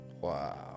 wow